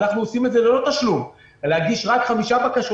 אנחנו עושים את זה ללא תשלום להגיש רק חמש בקשות.